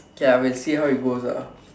okay I will see how it goes ah